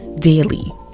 daily